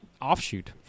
offshoot